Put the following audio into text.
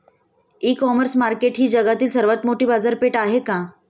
इ commerce market ही जगातील सर्वात मोठी बाजारपेठ आहे का?